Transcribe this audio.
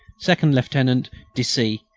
second-lieutenant de c,